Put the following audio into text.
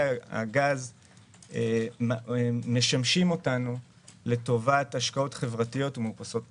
הגז משמשים אותנו לטובת השקעות חברתיות ומאופסות פחמן.